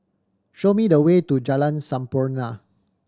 show me the way to Jalan Sampurna